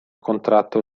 contratto